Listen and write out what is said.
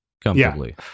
comfortably